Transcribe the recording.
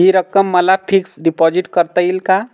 हि रक्कम मला फिक्स डिपॉझिट करता येईल का?